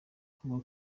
kuba